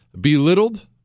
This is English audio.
belittled